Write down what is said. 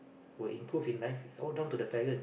will improve in life it's all down to the parent